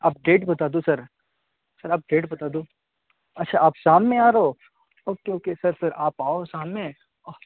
آپ ڈیٹ بتا دو سر سر آپ ڈیٹ بتا دو اچھا آپ شام میں آ رہے ہو اوکے اوکے سر سر آپ آؤ شام میں